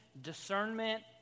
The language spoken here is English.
discernment